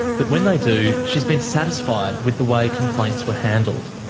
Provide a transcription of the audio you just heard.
but when they do, she's been satisfied with the way complaints were handled.